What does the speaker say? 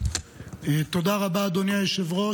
תודה רבה, אדוני היושב-ראש.